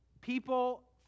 people